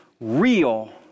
real